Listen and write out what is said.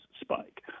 spike